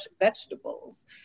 vegetables